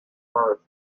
birth